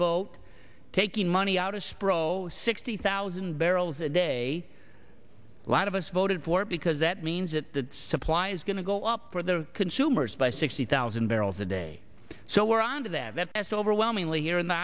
vote taking money out of spro sixty thousand barrels a day a lot of us voted for because that means that the supply is going to go up for the consumers by sixty thousand barrels a day so we're onto them as overwhelmingly here in the